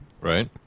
Right